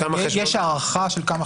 יש הערכה של כמה חשבונות עסקיים?